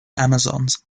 amazons